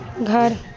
घर